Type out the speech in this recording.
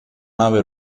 nave